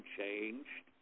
changed